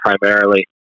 primarily